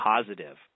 positive